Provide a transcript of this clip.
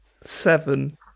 Seven